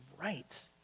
right